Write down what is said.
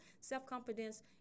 self-confidence